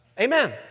Amen